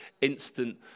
instant